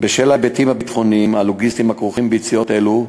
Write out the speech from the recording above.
בשל ההיבטים הביטחוניים והלוגיסטיים הכרוכים ביציאות אלו,